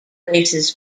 races